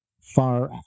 far